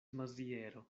maziero